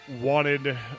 wanted